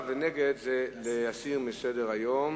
לדון בוועדה, נגד, להסיר מסדר-היום.